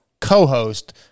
co-host